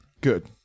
Good